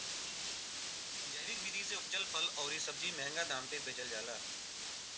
जैविक विधि से उपजल फल अउरी सब्जी महंगा दाम पे बेचल जाला